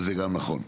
זה גם נכון.